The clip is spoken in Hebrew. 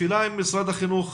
השאלה אם משרד החינוך